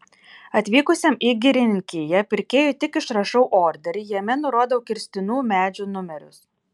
atvykusiam į girininkiją pirkėjui tik išrašau orderį jame nurodau kirstinų medžių numerius